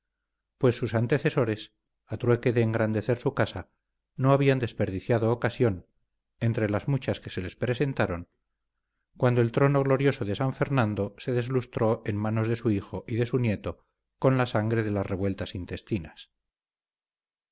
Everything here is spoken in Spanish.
pues sus antecesores a trueque de engrandecer su casa no habían desperdiciado ocasión entre las muchas que se les presentaron cuando el trono glorioso de san fernando se deslustró en manos de su hijo y de su nieto con la sangre de las revueltas intestinas